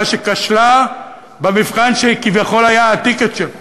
שכשלה במבחן שכביכול היה ה"טיקט" שלה.